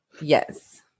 Yes